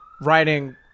writing